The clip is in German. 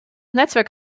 netzwerk